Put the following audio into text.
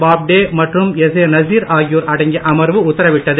பாப்டே மற்றும் எஸ்ஏ நசீர் ஆகியோர் அடங்கிய அமர்வு உத்தரவிட்டது